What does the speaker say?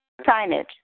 signage